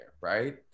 right